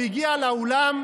הוא הגיע לאולם,